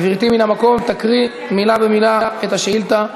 גברתי, מן המקום, תקריא מילה במילה את השאילתה,